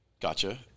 Gotcha